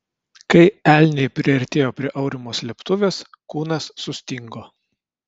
kai elniai priartėjo prie aurimo slėptuvės kūnas sustingo